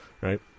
right